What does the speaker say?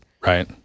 Right